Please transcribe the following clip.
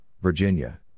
Virginia